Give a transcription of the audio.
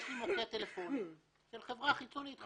יש לי מוקד טלפוני של חברה חיצונית,